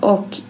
Och